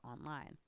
online